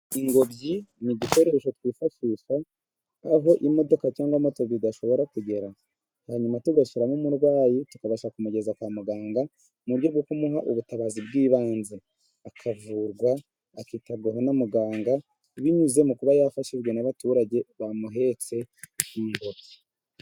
Ingobyi ni udukoresho twifashisha, aho imodoka cyangwa moto idashobora kugera. Hanyuma tugashyiramo umurwayi, tukabasha kumugeza kwa muganga mu buryo bwo kumuha ubutabazi bw'ibanze. Akavurwa, akitabwaho na muganga, binyuze mu kuba yafashijwe n'abaturage bamuhetse ku ngobyi.